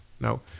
no